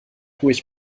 ruhig